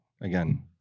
again